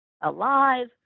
Alive